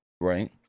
Right